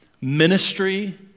ministry